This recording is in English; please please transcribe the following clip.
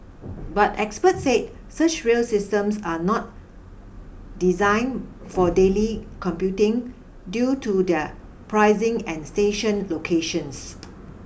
but experts said such rail systems are not designed for daily commuting due to their pricing and station locations